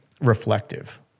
reflective